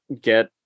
get